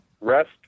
Rest